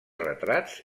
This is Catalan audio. retrats